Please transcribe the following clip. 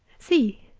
see!